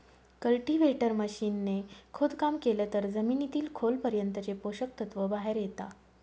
cultivator machine ने खोदकाम केलं तर जमिनीतील खोल पर्यंतचे पोषक तत्व बाहेर येता